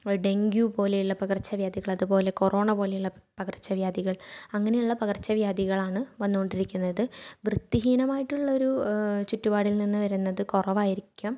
dengue പോലെയുള്ള പകർച്ചവ്യാധികൾ അതുപോലെ കൊറോണ പോലെയുള്ള പകർച്ചവ്യാധികൾ അങ്ങനെയുള്ള പകർച്ചവ്യാധികളാണ് വന്നു കൊണ്ടിരിക്കുന്നത് വൃത്തിഹീനമായിട്ടുള്ള ഒരു ചുറ്റുപാടിൽ നിന്നു വരുന്നത് കുറവായിരിക്കാം